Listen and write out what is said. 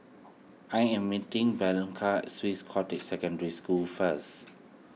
I am meeting Blanca Swiss Cottage Secondary School first